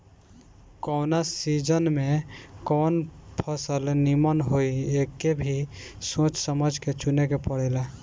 कवना सीजन में कवन फसल निमन होई एके भी सोच समझ के चुने के पड़ेला